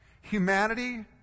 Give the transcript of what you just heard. Humanity